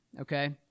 okay